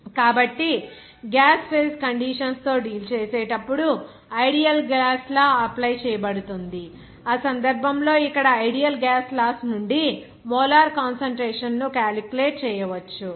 కాబట్టి gas phase conditions తో deal చేసేటప్పుడు ఐడియల్ గ్యాస్ లా అప్లై చేయబడుతుంది ఆ సందర్భంలో ఇక్కడ ఐడియల్ గ్యాస్ లాస్ నుండి మోలార్ కాన్సంట్రేషన్ ను క్యాలిక్యులేట్ చేయవచ్చు